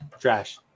Trash